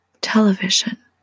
television